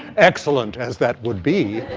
excellent as that would be,